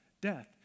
death